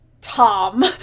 Tom